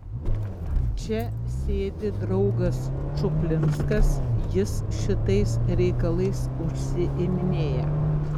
čia sėdi draugas čuplinskas jis šitais reikalais užsiiminėja